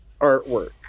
artwork